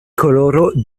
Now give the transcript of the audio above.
koloro